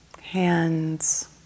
hands